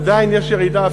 עדיין יש ירידה,